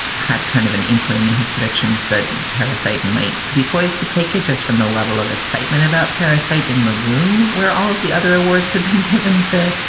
had kind of an inkling in his predictions that parasyte might be poised to take it just from the level of excitement about parasyte in the room where all of the other awards had been given to,